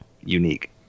unique